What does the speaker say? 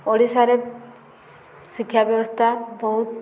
ଓଡ଼ିଶାରେ ଶିକ୍ଷା ବ୍ୟବସ୍ଥା ବହୁତ